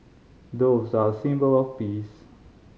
doves are symbol of peace